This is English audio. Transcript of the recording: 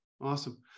awesome